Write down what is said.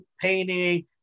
painting